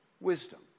wisdom